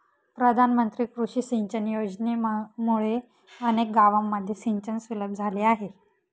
प्रधानमंत्री कृषी सिंचन योजनेमुळे अनेक गावांमध्ये सिंचन सुलभ झाले आहे